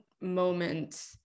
moment